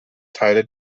teile